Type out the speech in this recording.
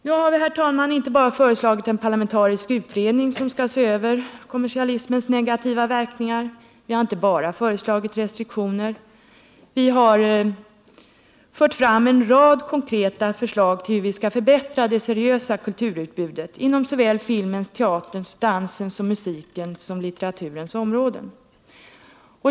Nu har vi, herr talman, inte bara föreslagit en parlamentarisk utredning, som skall se över kommersialismens negativa verkningar. Vi har inte bara föreslagit restriktioner — vi har också fört fram en rad konkreta förslag till hur vi skall förbättra det seriösa kulturutbudet inom såväl filmens, teaterns, dansens, musikens som litteraturens områden.